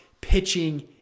pitching